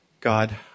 God